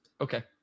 Okay